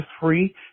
free